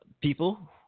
people